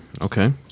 Okay